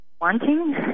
Wanting